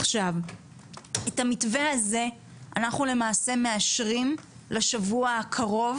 את המתווה הזה אנחנו למעשה מאשרים לשבוע הקרוב